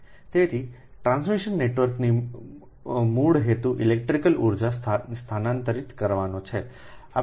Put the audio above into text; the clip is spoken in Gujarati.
તેથી ટ્રાન્સમિશન નેટવર્કનો મૂળ હેતુ ઇલેક્ટ્રિકલ ઉર્જા સ્થાનાંતરિત કરવાનો છે